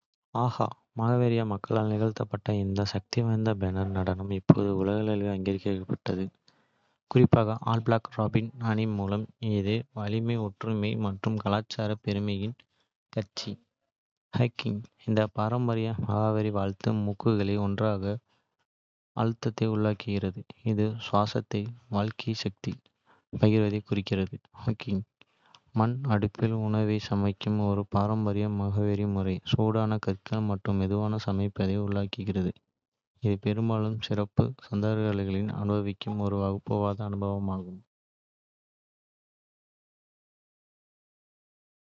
ஹாகா மாவோரி மக்களால் நிகழ்த்தப்பட்ட இந்த சக்திவாய்ந்த போர் நடனம் இப்போது உலகளவில். அங்கீகரிக்கப்பட்டுள்ளது, குறிப்பாக ரக்பி அணி மூலம். இது வலிமை, ஒற்றுமை மற்றும் கலாச்சார பெருமையின் காட்சி. ஹோங்கி இந்த பாரம்பரிய மாவோரி வாழ்த்து மூக்குகளை ஒன்றாக அழுத்துவதை உள்ளடக்குகிறது, இது சுவாசத்தை வாழ்க்கை சக்தி, பகிர்வதைக் குறிக்கிறது. ஹாங்கி, மண் அடுப்பில் உணவை சமைக்கும் ஒரு பாரம்பரிய மாவோரி முறை, சூடான கற்கள் மற்றும் மெதுவாக சமைப்பதை உள்ளடக்கியது. இது பெரும்பாலும் சிறப்பு சந்தர்ப்பங்களில். அனுபவிக்கும் ஒரு வகுப்புவாத அனுபவம்.